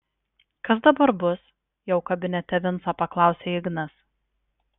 kas dabar bus jau kabinete vincą paklausė ignas